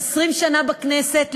20 שנה בכנסת,